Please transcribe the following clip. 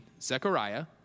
Zechariah